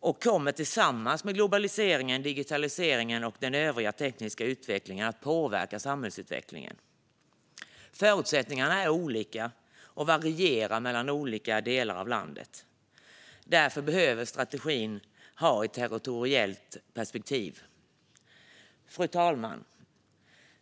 och kommer tillsammans med globaliseringen, digitaliseringen och den övriga tekniska utvecklingen att påverka samhällsutvecklingen. Förutsättningarna är olika och varierar mellan olika delar av landet. Därför behöver strategin ha ett territoriellt perspektiv. Fru talman!